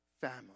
Family